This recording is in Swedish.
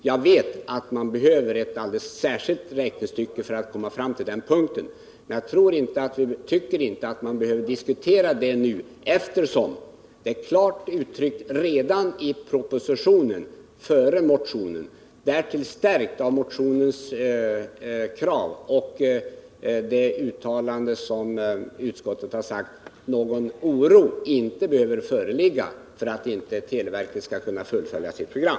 Jag vet att man behöver tillgripa ett alldeles särskilt räknestycke för att komma fram till det resultatet, men jag tycker inte att man nu behöver diskutera detta, eftersom det är klart uttryckt redan i propositionen, dvs. innan motionen väcktes, och därtill ytterligare bekräftas genom motionens krav och det uttalande som utskottet har gjort, att någon oro inte behöver föreligga för att televerket inte skall kunna fullfölja sitt program.